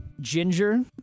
ginger